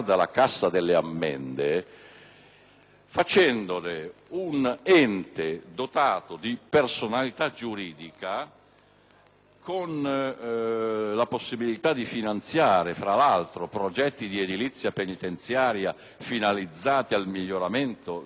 facendone un ente dotato di personalità giuridica con la possibilità di finanziare, tra l'altro, progetti di edilizia penitenziaria finalizzati al miglioramento delle condizioni carcerarie